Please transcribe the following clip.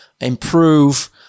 improve